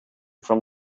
from